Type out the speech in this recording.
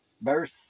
verse